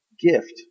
gift